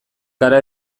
gara